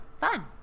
Fun